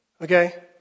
Okay